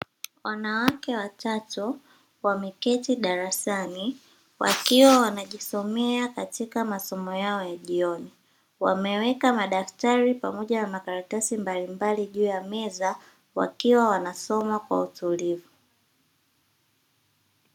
Wanawake watatu wameketi darasani, wakiwa wanajisomea katika masomo yao ya jioni, wameweka madaktari pamoja na makaratasi mbalimbali juu ya meza, wakiwa wanasoma kwa utulivu.